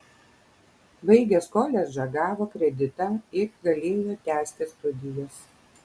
baigęs koledžą gavo kreditą ir galėjo tęsti studijas